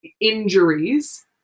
injuries